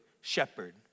shepherd